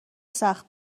سخت